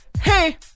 Hey